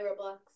Roblox